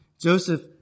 Joseph